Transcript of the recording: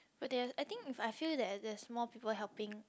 but that I think if I feel that there is more people helping